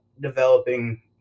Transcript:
developing